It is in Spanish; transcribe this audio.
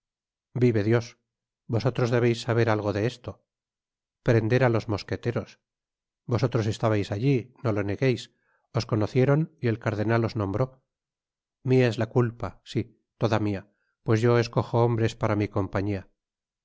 vive dios vosotros debeig saber algo dé esto prender á los mosqueteros vosotros estabais alli no lo negueis os conocieron y el cai'denal os nombró mia es la culpa si toda mia pues yo escojo hombres pai'a mi compañia